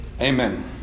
Amen